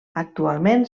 actualment